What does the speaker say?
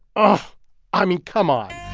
um i mean, come on.